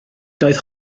doedd